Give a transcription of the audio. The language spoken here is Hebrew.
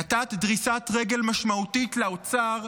נתת דריסת רגל משמעותית לאוצר,